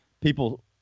people